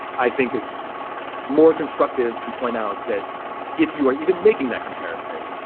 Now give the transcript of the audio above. i think it's more constructive to point out that if you are even making that comparison,